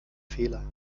fehler